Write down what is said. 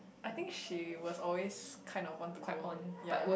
I think she was always kind of want to go ya